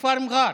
בכפר מר'אר.